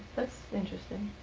that's interesting.